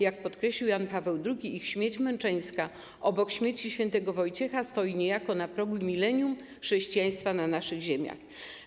Jak podkreślił Jan Paweł II, ich śmierć męczeńska obok śmierci św. Wojciecha stoi niejako na progu milenium chrześcijaństwa na naszych ziemiach.